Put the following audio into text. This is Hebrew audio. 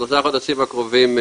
בשלושה חודשים הקרובים.